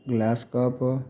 glass cup